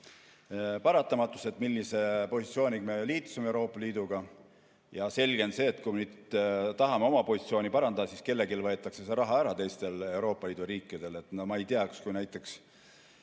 paratamatus, et millise positsiooniga me liitusime Euroopa Liiduga. Ja selge on see, et kui me tahame oma positsiooni parandada, siis kelleltki võetakse raha ära, teistelt Euroopa Liidu riikidelt. No ma ei tea, näiteks,